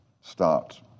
start